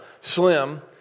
slim